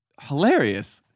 hilarious